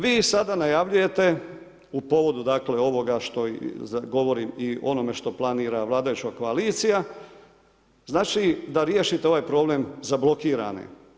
Vi sada najavljujete u povodu ovoga što govorim i onome što planira vladajuća koalicija, znači da riješite ovaj problem uza blokirane.